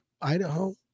Idaho